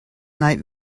night